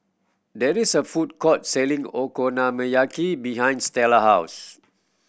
there is a food court selling Okonomiyaki behind Stella house